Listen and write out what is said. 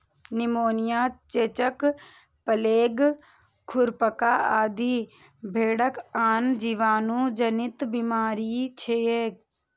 pneumonia, चेचक, plague, खुरपका आदि भेड़क आन जीवाणु जनित बीमारी छियै